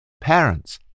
Parents